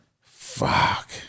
Fuck